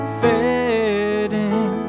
fading